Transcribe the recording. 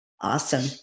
Awesome